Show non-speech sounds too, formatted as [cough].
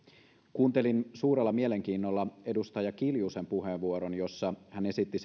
kuuntelin suurella mielenkiinnolla edustaja kiljusen puheenvuoron jossa hän esitti [unintelligible]